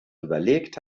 überlegt